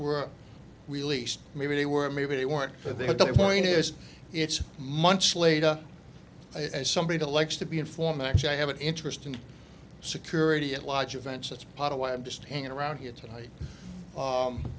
were released maybe they were maybe they weren't for the point is it's months later i somebody to like to be informed actually i have an interest in security at large events that's part of why i'm just hanging around here tonight